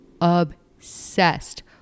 obsessed